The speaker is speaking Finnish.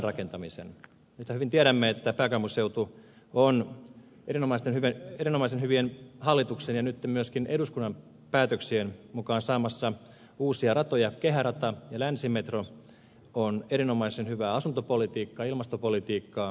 nythän hyvin tiedämme että pääkaupunkiseutu on erinomaisen hyvin hallituksen ja nytten myöskin eduskunnan päätöksien mukaan saamassa uusia ratoja kehäradan ja länsimetron on erinomaisen hyvää asuntopolitiikkaa ilmastopolitiikkaa